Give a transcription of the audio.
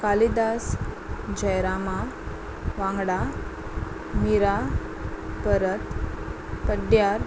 कालिदास जयरामा वांगडा मिरा परत पड्ड्यार